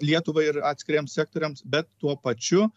lietuvai ir atskiriems sektoriams bet tuo pačiu